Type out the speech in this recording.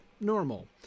normal